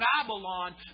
Babylon